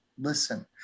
listen